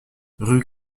rue